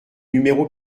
numéro